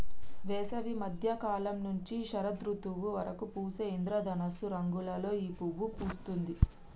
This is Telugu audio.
వేసవి మద్య కాలం నుంచి శరదృతువు వరకు పూసే ఇంద్రధనస్సు రంగులలో ఈ పువ్వు పూస్తుంది